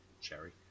Cherry